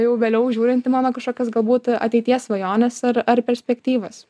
jau vėliau žiūrint į mano kažkokias galbūt ateities svajonę ar ar perspektyvas